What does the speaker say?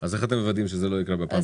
אז איך אתם מוודאים שזה לא יקרה בפעם השנייה?